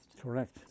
Correct